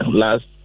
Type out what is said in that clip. last